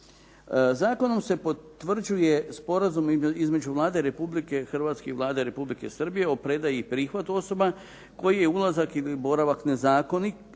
Zakonom se potvrđuje sporazum između Vlade Republike Hrvatske i Vlade Republike Srbije o predaji i prihvatu osoba kojih je ulazak ili boravak nezakonit